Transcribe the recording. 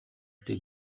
дээ